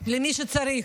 במי שצריך,